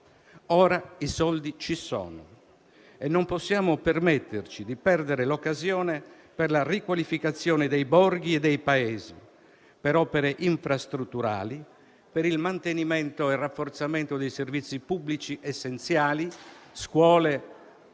Ora i soldi ci sono e non possiamo permetterci di perdere l'occasione per la riqualificazione dei borghi e dei paesi, per opere infrastrutturali, per il mantenimento e il rafforzamento dei servizi pubblici essenziali (scuole,